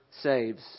saves